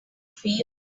feel